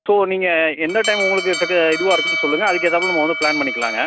so நீங்கள் எந்த time உங்களுக்கு ஃப் இதுவாக இருக்கும்னு சொல்லுங்கள் அதுக்கேற்றாப்புல நம்ம வந்து ப்ளான் பண்ணிக்கலாங்க